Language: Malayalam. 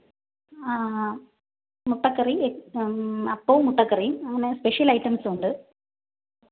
മുട്ടക്കറി എ അപ്പവും മുട്ടക്കറിയും അങ്ങനെ സ്പെഷ്യൽ ഐറ്റംസുമുണ്ട്